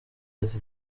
ati